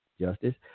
Justice